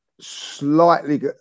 slightly